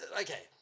Okay